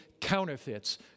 counterfeits